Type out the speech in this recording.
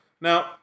Now